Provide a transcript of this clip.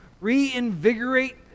reinvigorate